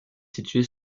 située